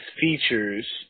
features